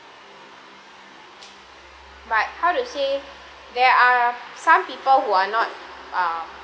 but how to say there are some people who are not uh